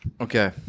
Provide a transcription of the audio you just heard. Okay